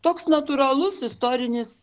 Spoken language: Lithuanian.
toks natūralus istorinis